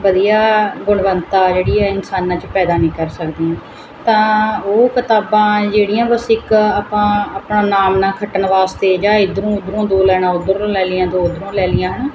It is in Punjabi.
ਵਧੀਆ ਗੁਣਵੰਤਾ ਜਿਹੜੀ ਇਨਸਾਨਾਂ 'ਚ ਪੈਦਾ ਨਹੀਂ ਕਰ ਸਕਦੀਆਂ ਤਾਂ ਉਹ ਕਿਤਾਬਾਂ ਜਿਹੜੀਆਂ ਬਸ ਇੱਕ ਆਪਾਂ ਆਪਣਾ ਨਾਮਨਾ ਖੱਟਣ ਵਾਸਤੇ ਜਾਂ ਇੱਧਰੋਂ ਉੱਧਰੋਂ ਦੋ ਲਾਈਨਾਂ ਉੱਧਰੋਂ ਲੈ ਲਈਆਂ ਦੋ ਉੱਧਰੋਂ ਲੈ ਲਈਆਂ ਹੈ ਨਾ